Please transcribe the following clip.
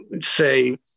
say